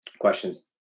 questions